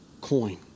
coin